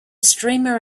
streamer